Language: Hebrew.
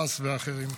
חמאס ואחרים.